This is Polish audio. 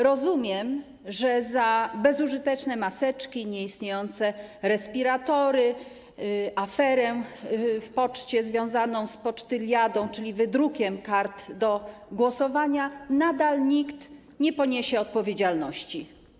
Rozumiem, że za bezużyteczne maseczki, nieistniejące respiratory, aferę w poczcie związaną z pocztyliadą, czyli wydrukiem kart do głosowania, nadal nikt nie poniesie odpowiedzialności.